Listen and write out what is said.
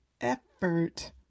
effort